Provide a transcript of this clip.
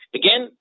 again